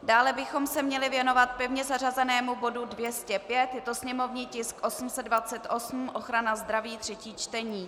Dále bychom se měli věnovat pevně zařazenému bodu 205, je to sněmovní tisk 828, ochrana zdraví, třetí čtení.